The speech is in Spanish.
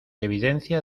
evidencia